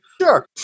Sure